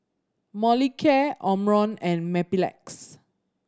Molicare Omron and Mepilex